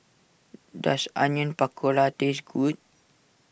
does Onion Pakora taste good